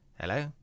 Hello